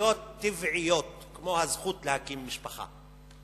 בזכויות טבעיות, כמו הזכות להקים משפחה.